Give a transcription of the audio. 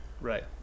Right